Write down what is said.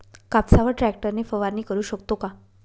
कापसावर ट्रॅक्टर ने फवारणी करु शकतो का?